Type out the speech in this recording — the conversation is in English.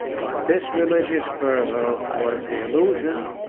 but this religious fervor was the illusion,